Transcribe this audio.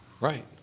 Right